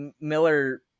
Miller